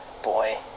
boy